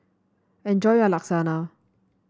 enjoy your Lasagna